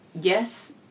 yes